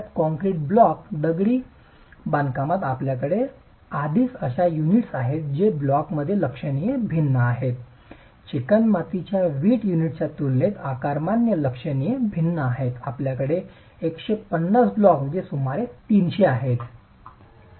concrete block दगडी बांधकामात आपल्याकडे आधीच अशा युनिट्स आहेत जे ब्लॉक्समध्ये लक्षणीय भिन्न आहेत चिकणमातीच्या वीट युनिटच्या तुलनेत आकारमानात लक्षणीय भिन्न आहेत आपल्याकडे 150 ब्लॉक्स जे सुमारे 300 आहेत